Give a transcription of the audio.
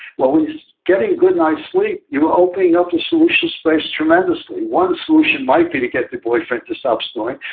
well, when you're getting a good night's sleep, you're opening up the solution space tremendously. one solution might be to get your boyfriend to stop snoring,